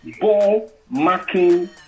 ball-marking